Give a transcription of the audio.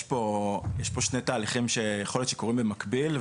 יש פה שני תהליכים שיכול להיות שקורים במקביל,